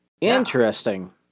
Interesting